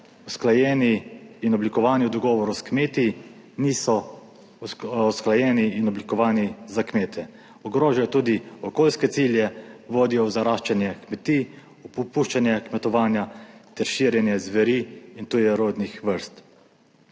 usklajeni in oblikovani v dogovoru s kmeti. Niso usklajeni in oblikovani za kmete. Ogrožajo tudi okoljske cilje. Vodijo v zaraščanje kmetij, opuščanje kmetovanja ter širjenje zveri in tujerodnih vrst.